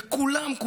וכולם,